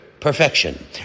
perfection